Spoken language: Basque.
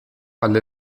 alde